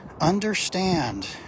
Understand